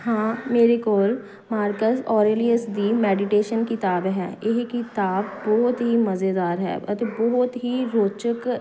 ਹਾਂ ਮੇਰੇ ਕੋਲ ਮਾਰਕਸ ਔਰੇਲਿਅਸ ਦੀ ਮੈਡੀਟੇਸ਼ਨ ਕਿਤਾਬ ਹੈ ਇਹ ਕਿਤਾਬ ਬਹੁਤ ਹੀ ਮਜ਼ੇਦਾਰ ਹੈ ਅਤੇ ਬਹੁਤ ਹੀ ਰੌਚਕ